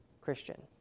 Christian